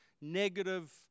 negative